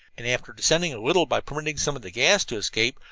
and after descending a little by permitting some of the gas to escape,